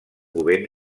movent